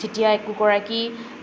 যেতিয়া একোগৰাকী